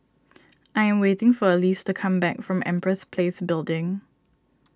I am waiting for Elyse to come back from Empress Place Building